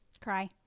Cry